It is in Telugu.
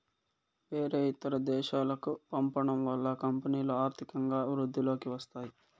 వేరే ఇతర దేశాలకు పంపడం వల్ల కంపెనీలో ఆర్థికంగా వృద్ధిలోకి వస్తాయి